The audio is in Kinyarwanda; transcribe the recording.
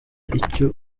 icyo